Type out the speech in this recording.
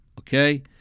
Okay